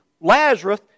Lazarus